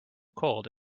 cold